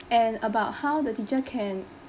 and about how the teacher can